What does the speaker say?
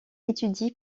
étudie